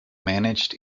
managed